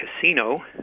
casino